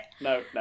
no